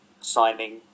signing